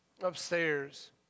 upstairs